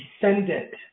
descendant